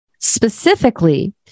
Specifically